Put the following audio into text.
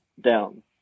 down